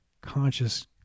conscious